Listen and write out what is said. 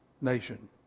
nation